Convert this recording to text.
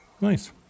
Nice